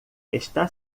está